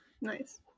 Nice